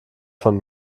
von